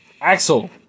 Axel